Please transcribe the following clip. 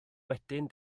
wedyn